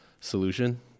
solution